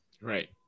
Right